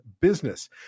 business